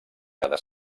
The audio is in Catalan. cada